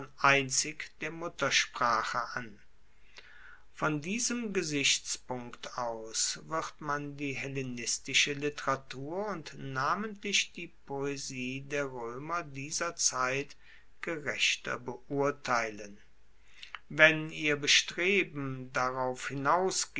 einzig der muttersprache an von diesem gesichtspunkt aus wird man die hellenistische literatur und namentlich die poesie der roemer dieser zeit gerechter beurteilen wenn ihr bestreben darauf